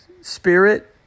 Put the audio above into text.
spirit